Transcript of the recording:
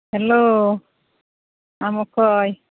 hello ᱟᱢ ᱚᱠᱚᱭ